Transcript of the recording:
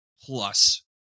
plus